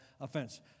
offense